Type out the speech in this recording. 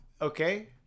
Okay